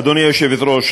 אדוני היושבת-ראש,